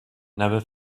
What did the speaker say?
never